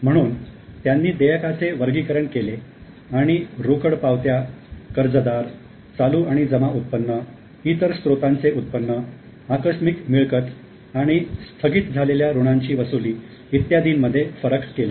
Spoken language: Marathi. म्हणून त्यांनी देयकाचे वर्गीकरण केले आणि रोकड पावत्या कर्जदार चालू आणि जमा उत्पन्न इतर स्त्रोतांचे उत्पन्न आकस्मिक मिळकत आणि स्थगित झालेल्या ऋणाची वसुली इत्यादींमध्ये फरक केला